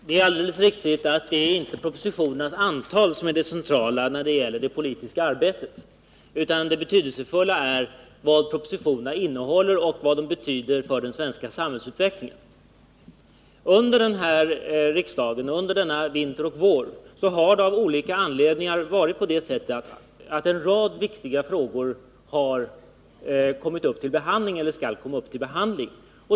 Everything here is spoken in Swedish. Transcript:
Herr talman! Det är alldeles riktigt att propositionernas antal inte är det centrala när det gäller det politiska arbetet. Det betydelsefulla är vad propositionerna innehåller och vad de betyder för den svenska samhällsutvecklingen. Under denna riksdag, och under denna vinter och vår, har en rad viktiga frågor kommit upp till behandling eller skall komma upp till behandling.